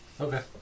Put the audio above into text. Okay